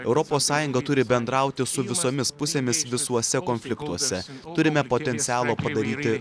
europos sąjunga turi bendrauti su visomis pusėmis visuose konfliktuose turime potencialo padaryti daugiau